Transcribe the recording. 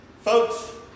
Folks